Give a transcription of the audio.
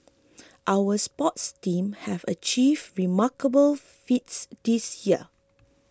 our sports teams have achieved remarkable feats this year